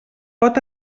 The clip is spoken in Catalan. pot